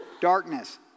darkness